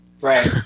Right